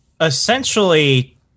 essentially